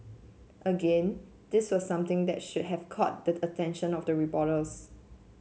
again this was something that should have caught the attention of the reporters